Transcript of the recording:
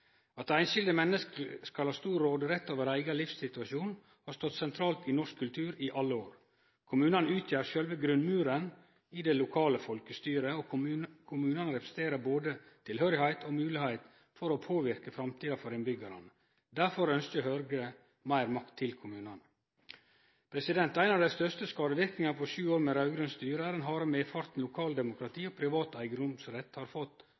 det einskilde menneske skal ha stor råderett over eigen livssituasjon, har stått sentralt i norsk kultur i alle år. Kommunane utgjer sjølve grunnmuren i det lokale folkestyret, og kommunane representerer både tilknyting og moglegheit for å påverke framtida for innbyggjarane. Derfor ønskjer Høgre meir makt til kommunane. Ein av dei største skadeverknadene etter sju år med raud-grønt styre er den harde medfarten lokaldemokratiet og privat eigedomsrett har fått